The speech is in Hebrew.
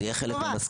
זה יהיה חלק מהמסקנות.